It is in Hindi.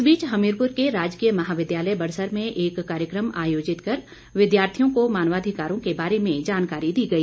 इस बीच हमीरपुर के राजकीय महाविद्यालय बड़सर में एक कार्यक्रम आयोजित कर विद्यार्थियों को मानवाधिकारों के बारे में जानकारी दी गई